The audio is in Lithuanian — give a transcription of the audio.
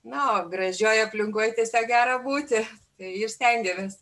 na o gražioj aplinkoj tiesiog gera būti ir stengiamės